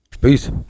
Peace